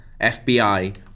FBI